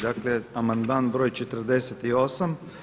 Dakle, amandman broj 48.